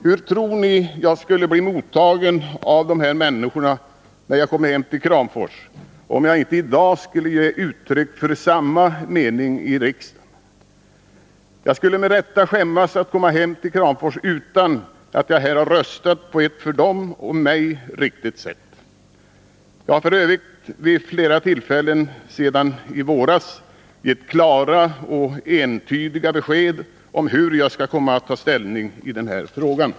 Hur tror ni jag skulle bli mottagen av människorna när jag kommer hem till Kramfors, om jag inte i dag skulle ge uttryck för samma mening i riksdagen? Jag skulle med rätta skämmas att komma hem till Kramfors utan att jag här har röstat på ett för dem och mig riktigt sätt. Jag har f. ö. vid flera tillfällen sedan i våras gett klara och entydiga besked om hur jag skulle komma att ta ställning i den här frågan.